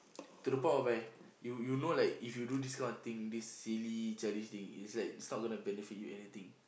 to the point whereby you you know like if you do this kind of thing this silly childish thing is like it's not gonna benefit you anything